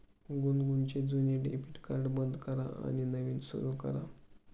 गुनगुनचे जुने debit card बंद करा आणि नवीन सुरू करा